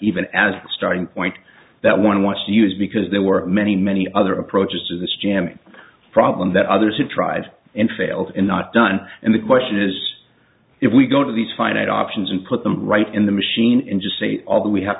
even as a starting point that one wants to use because there were many many other approaches to this jamming problem that others have tried and failed in not done and the question is if we go to these finite options and put them right in the machine in just say all that we have